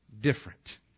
different